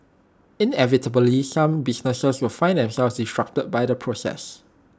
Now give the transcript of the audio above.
inevitably some businesses will find themselves disrupted by the process